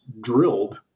drilled